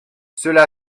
cela